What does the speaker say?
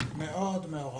מאוד מעורב.